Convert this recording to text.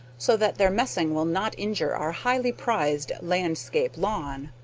so that their messing will not injure our highly prized landscape lawn.